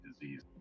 disease